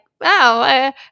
wow